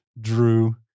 Drew